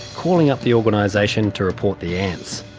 calling up the organisation to report the ants.